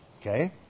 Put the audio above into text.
Okay